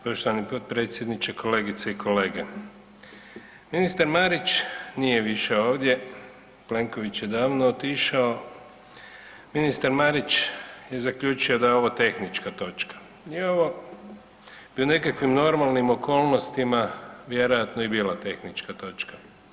Poštovani potpredsjedniče, kolegice i kolege, ministar Marić nije više ovdje, Plenković je davno otišao, ministar Marić je zaključio da je ovo tehnička točka i ovo bi pri nekakvim normalnim okolnostima vjerojatno i bila tehnička točka.